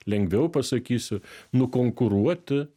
lengviau pasakysiu nukonkuruoti